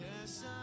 Yes